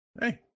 Hey